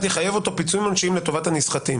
יחייב אותו פיצויים עונשיים לטובת הנסחטים